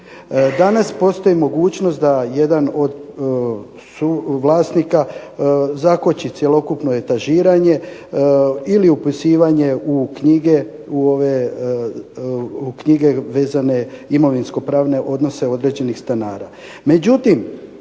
Danas postoji mogućnost da jedan od vlasnika zakoči cjelokupno etažiranje ili upisivanje u knjige vezane za imovinsko-pravne odnose određenih stanara.